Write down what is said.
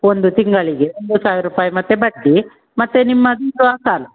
ಒಂದು ತಿಂಗಳಿಗೆ ಒಂದು ಸಾವಿರ ರೂಪಾಯಿ ಮತ್ತೆ ಬಡ್ಡಿ ಮತ್ತೆ ನಿಮ್ಮದು ಸ್ವಸಾಲ